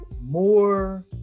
more